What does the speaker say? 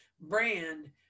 brand